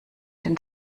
den